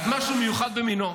את משהו מיוחד במינו.